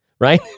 Right